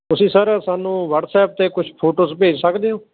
ਤੁਸੀਂ ਸਰ ਸਾਨੂੰ ਵਟਸਐਪ 'ਤੇ ਕੁਛ ਫੋਟੋਸ ਭੇਜ ਸਕਦੇ ਹੋ